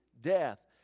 death